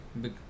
big